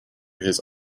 his